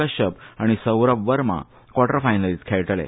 कश्यप आनी सौरभ वर्मा क्वाटर फायनलीत खेळटले